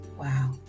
Wow